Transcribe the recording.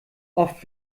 oft